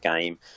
game